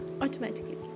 automatically